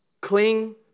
Cling